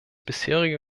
bisherige